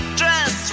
dress